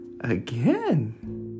again